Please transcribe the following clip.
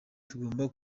tugomba